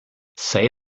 say